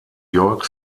york